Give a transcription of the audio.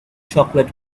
chocolate